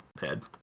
head